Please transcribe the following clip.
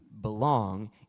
belong